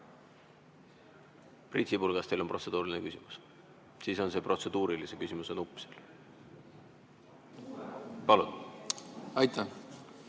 Priit Sibul, kas teil on protseduuriline küsimus? Siis on see protseduurilise küsimuse nupp seal. Palun! Aitäh!